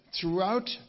Throughout